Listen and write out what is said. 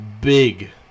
big